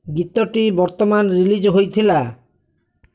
ଗୀତଟି ବର୍ତ୍ତମାନ ରିଲିଜ୍ ହୋଇଥିଲା